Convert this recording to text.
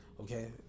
Okay